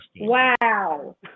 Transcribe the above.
Wow